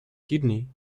kidney